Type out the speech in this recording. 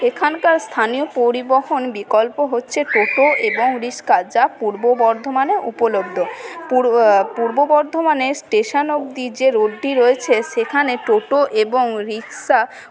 এখানকার স্থানীয় পরিবহন বিকল্প হচ্ছে টোটো এবং রিকশা যা পূর্ব বর্ধমানে উপলব্ধ পূর্ব পূর্ব বর্ধমানে স্টেশন অবধি যে রোডটি রয়েছে সেখানে টোটো এবং রিকশা